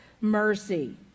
mercy